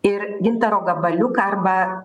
ir gintaro gabaliuką arba